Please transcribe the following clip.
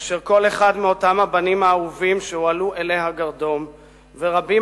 אשר כל אחד מאותם הבנים האהובים שהועלו אלי הגרדום ורבים